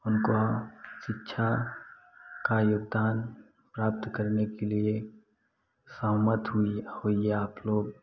उनको शिक्षा का योगदान प्राप्त करने के लिए सहमत हुई होइए आपलोग